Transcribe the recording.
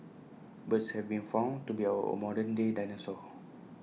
birds have been found to be our modern day dinosaurs